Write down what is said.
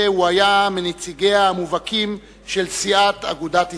הוא היה מנציגיה המובהקים של סיעת אגודת ישראל.